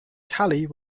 kali